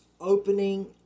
opening